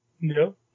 No